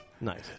Nice